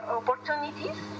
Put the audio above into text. opportunities